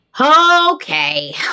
Okay